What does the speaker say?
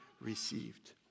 received